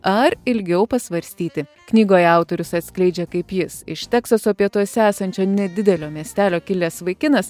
ar ilgiau pasvarstyti knygoje autorius atskleidžia kaip jis iš teksaso pietuose esančio nedidelio miestelio kilęs vaikinas